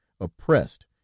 oppressed